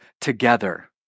together